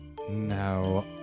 Now